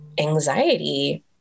anxiety